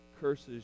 curses